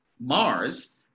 Mars